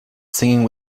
singing